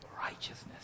righteousness